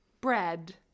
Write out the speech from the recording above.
Bread